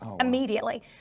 immediately